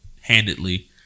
handedly